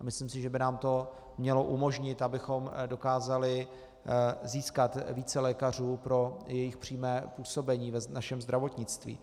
Myslím si, že by nám to mělo umožnit, abychom dokázali získat více lékařů pro jejich přímé působení v našem zdravotnictví.